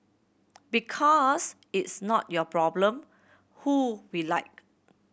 because it's not your problem who we like